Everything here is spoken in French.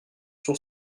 sur